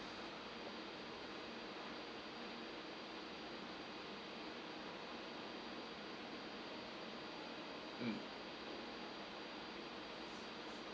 mm